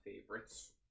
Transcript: favorites